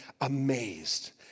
amazed